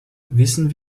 wissen